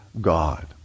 God